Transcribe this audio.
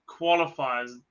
qualifiers